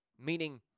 Meaning